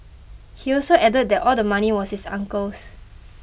he also added that all the money was his uncle's